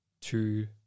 two